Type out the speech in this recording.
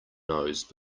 nose